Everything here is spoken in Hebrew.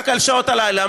רק על שעות הלילה.